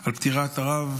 על פטירת הרב